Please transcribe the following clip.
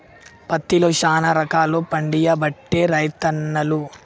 పత్తిలో శానా రకాలు పండియబట్టే రైతన్నలు